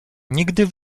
nigdy